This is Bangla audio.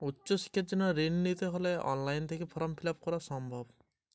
উচ্চশিক্ষার জন্য ঋণ নিতে হলে কি অনলাইনে তার ফর্ম পূরণ করা যাবে?